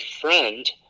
friend